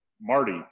Marty